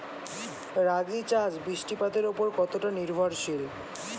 রাগী চাষ বৃষ্টিপাতের ওপর কতটা নির্ভরশীল?